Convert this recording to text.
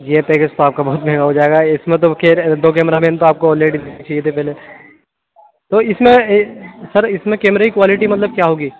یہ پیکیج تو آپ کا بہت مہنگا ہو جائے گا اِس میں تو خیر دو کیمرہ مین تو آپ کو آلریڈی ہونے چاہیے تھے پہلے تو اِس میں سر اِس میں کیمرے کی کوالیٹی مطلب کیا ہوگی